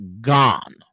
gone